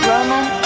Roman